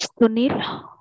Sunil